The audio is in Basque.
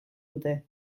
dute